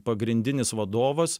pagrindinis vadovas